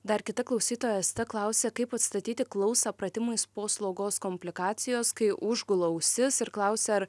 dar kita klausytoja asta klausė kaip atstatyti klausą pratimais po slogos komplikacijos kai užgula ausis ir klausia ar